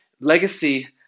Legacy